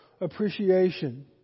appreciation